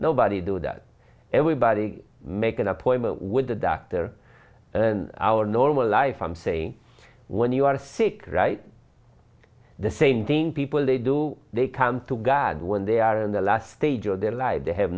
nobody do that everybody make an appointment with a doctor our normal life i'm saying when you are sick right the same thing people they do they come to god when they are in the last stage of their lives they have